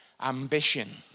ambition